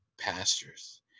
pastures